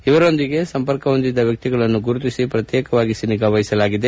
ಇವರೊಂದಿಗೆ ಸಂಪರ್ಕ ಹೊಂದಿದ್ದ ವ್ಯಕ್ತಿಗಳನ್ನು ಗುರುತಿಸಿ ಪ್ರತ್ಯೇಕವಾಗಿರಿಸಿ ನಿಗಾವಹಿಸಲಾಗಿದೆ